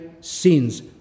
sins